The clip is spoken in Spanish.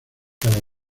cada